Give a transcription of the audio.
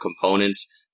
components